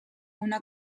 una